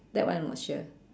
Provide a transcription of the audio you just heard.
that one I'm not sure